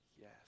yes